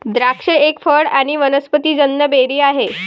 द्राक्ष एक फळ आणी वनस्पतिजन्य बेरी आहे